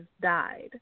died